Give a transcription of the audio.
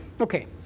Okay